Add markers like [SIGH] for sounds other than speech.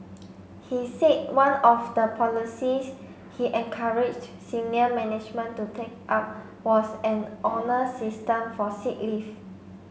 [NOISE] he said one of the policies he encouraged senior management to take up was an honour system for sick leave